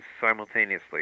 simultaneously